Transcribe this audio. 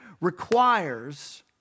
requires